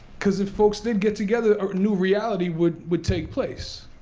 because of folks did get together a new reality would would take place.